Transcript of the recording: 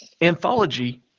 anthology